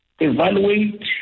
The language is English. evaluate